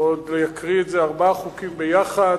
ועוד להקריא את זה, ארבעה חוקים ביחד,